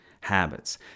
habits